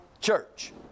Church